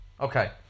Okay